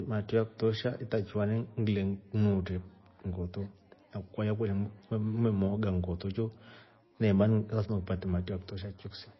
Matrio yakutosha itakiwe ngile nginuute nngoto na kwaya. ngime memeoga nngoto cho ngina imani lasma upate mtrio ye kutosha kchio ksima.